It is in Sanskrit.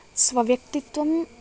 स्वव्यक्तित्वं